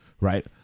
right